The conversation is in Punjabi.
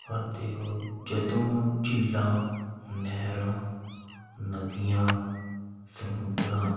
ਕਰਦੇ ਹੋ ਜਦੋਂ ਝੀਲਾਂ ਨਹਿਰਾਂ ਨਦੀਆਂ ਸਮੁੰਦਰਾਂ